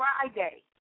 Friday